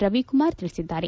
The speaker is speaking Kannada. ರವಿಕುಮಾರ್ ತಿಳಿಸಿದ್ದಾರೆ